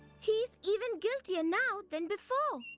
he's even guiltier now than before.